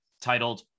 titled